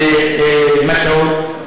מסעוד.